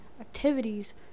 activities